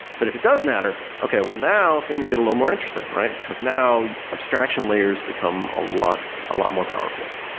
but if it does matter, okay well now, things get a little more interesting, right? because now, abstraction layers become a lot a lot more powerful,